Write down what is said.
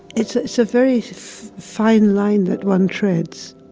it's ah it's a very fine line that one treads